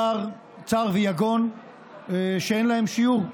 צער ויגון שאין להם שיעור.